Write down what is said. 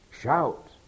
Shout